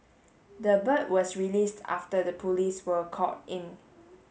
the bird was released after the police were called in